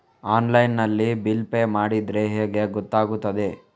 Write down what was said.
Online ನಲ್ಲಿ bill pay ಮಾಡಿದ್ರೆ ಹೇಗೆ ಗೊತ್ತಾಗುತ್ತದೆ?